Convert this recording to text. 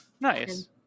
nice